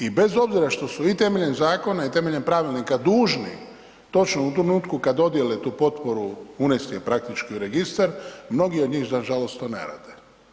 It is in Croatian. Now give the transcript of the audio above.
I bez obzira što su i temeljem zakona i temeljem pravilnika dužni točno u trenutku kada dodijele tu potporu unesti u registar, mnogi od njih nažalost to ne rade.